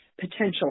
potential